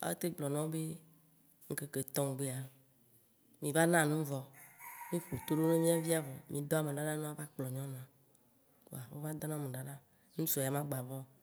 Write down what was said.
woatem gblɔ nawo be ŋkeke etɔ̃gbea, mì va na nu vɔ, mì ƒotoɖo ne mìa be via vɔ. Mì dɔ ame ɖoɖa ne woava kplɔ nyɔnua. Kpoa wova dɔna ame ɖaɖa, ŋtsua ya ma gba va o